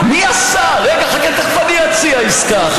הזכרתי את חברת הכנסת זהבה גלאון,